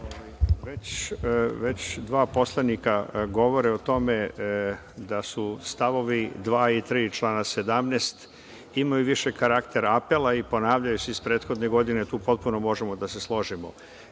Već dva poslanika govore o tome da su stavovi 2 i 3 člana 17, imaju više karaktera, apela i ponavljaju se iz prethodne godine. Tu potpuno možemo da se složimo.